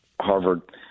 Harvard